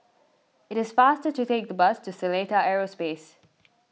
it is faster to take the bus to Seletar Aerospace